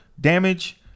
damage